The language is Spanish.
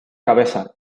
cabeza